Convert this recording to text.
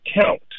count